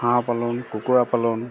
হাঁহ পালন কুকুৰা পালন